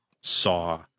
saw